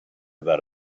about